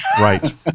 Right